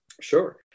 Sure